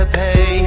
pay